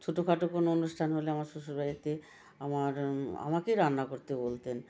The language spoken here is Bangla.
ছোটোখাটো কোনো অনুষ্ঠান হলে আমার শ্বশুরবাড়িতে আমার আমাকেই রান্না করতে বলতেন